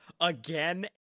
again